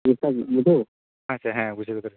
ᱡᱚᱛᱚᱜᱮ ᱵᱩᱡᱷᱟ ᱣ ᱟᱪᱷᱟ ᱦᱮᱸ ᱵᱩᱡᱷᱟ ᱣ ᱠᱮᱫᱟᱞᱤᱧ